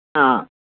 हा